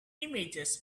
images